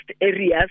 areas